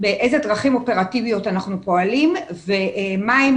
באיזה דרכים אופרטיביות אנחנו פועלים ומה הם